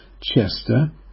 Chester